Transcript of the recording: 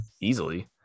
easily